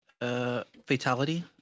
fatality